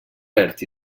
verd